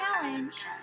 challenge